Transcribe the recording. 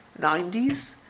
90s